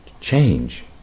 change